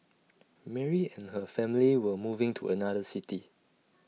Mary and her family were moving to another city